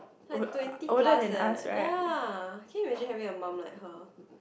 like twenty plus eh ya can you imagine having a mum like her